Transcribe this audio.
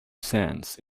cents